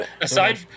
Aside